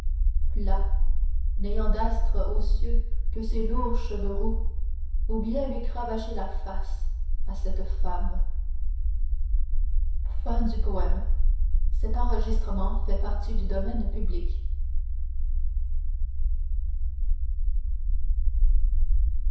plat n'ayant d'astre aux cieux que ces lourds cheveux roux ou bien lui cravacher la face à cette femme